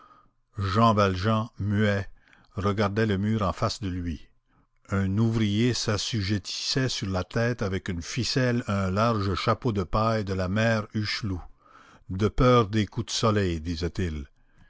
jean valjean muet regardait le mur en face de lui un ouvrier s'assujettissait sur la tête avec une ficelle un large chapeau de paille de la mère hucheloup de peur des coups de soleil disait-il